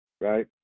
right